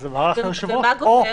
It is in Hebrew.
אז, אמר לך היושב-ראש: או.